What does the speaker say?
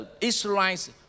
Israelites